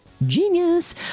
Genius